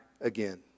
again